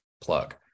plug